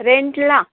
रेंटला